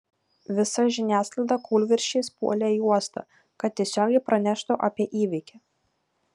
visa žiniasklaida kūlvirsčiais puolė į uostą kad tiesiogiai praneštų apie įvykį